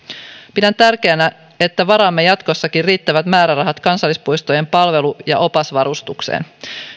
pidän tärkeänä että varaamme jatkossakin riittävät määrärahat kansallispuistojen palvelu ja opasvarustukseen